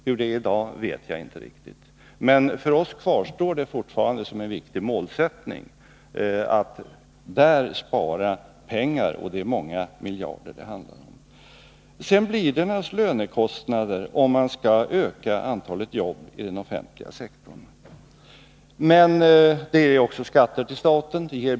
Hur det är i dag vet jag inte riktigt. För oss kvarstår det som en viktig målsättning att där spara pengar — och det är många miljarder som det handlar om. Det blir naturligtvis lönekostnader om man skall öka antalet jobb i den offentliga sektorn, men det ger också skatter till staten.